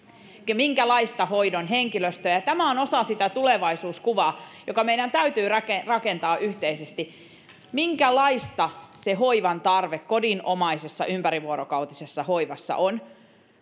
minkälaista hoidon henkilöstöä tämä on osa sitä tulevaisuuskuvaa joka meidän täytyy rakentaa rakentaa yhteisesti minkälaista se hoivan tarve kodinomaisessa ympärivuorokautisessa hoivassa on